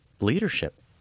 leadership